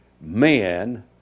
men